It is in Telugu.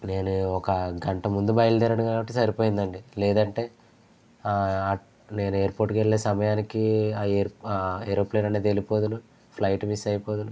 నేనే ఒక గంట ముందు బయలుదేరాను కాబట్టి సరిపోయిందండి లేదంటే నేను ఎయిర్పోర్ట్ కి వెళ్ళే సమయానికి ఆ ఎయిర్ ఏరోప్లేన్ అనేది వెళ్ళిపోదు ఫ్లైట్ మిస్ అయిపోదును